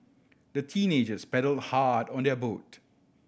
the teenagers paddled hard on their boat